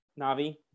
Navi